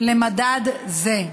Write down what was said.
למדד זה.